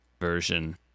version